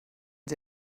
sie